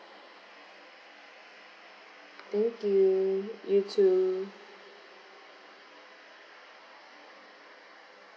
thank you you too